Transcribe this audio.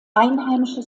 einheimische